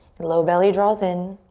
low belly draws in.